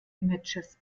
images